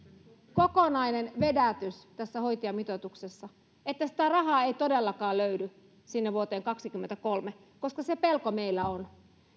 kokonainen vedätys tässä hoitajamitoituksessa että sitä rahaa ei todellakaan löydy sinne vuoteen kaksikymmentäkolme koska se pelko meillä on